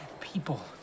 People